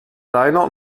rainer